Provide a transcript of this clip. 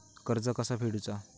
कर्ज कसा फेडुचा?